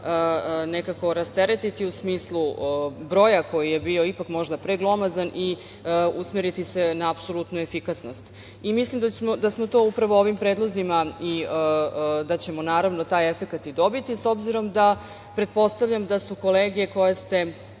nekako rasteretiti u smislu broja koji je bio ipak možda preglomazan i usmeriti se na apsolutnu efikasnost. Mislim da smo to upravo ovim predlozima i da ćemo taj efekat i dobiti, s obzirom da, pretpostavljam da su kolege koje ste